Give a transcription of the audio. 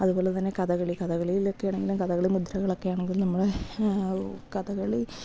അതുപോലെ തന്നെ കഥകളി കഥകളിയിലൊക്കെ ആണെങ്കിലും കഥകളി മുദ്രകളൊക്കെ ആണെങ്കിലും നമ്മൾ കഥകളി